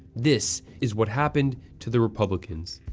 this is what happened to the republicans,